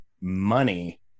money